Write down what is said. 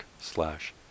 slash